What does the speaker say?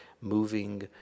moving